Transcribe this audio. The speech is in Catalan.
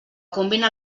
combina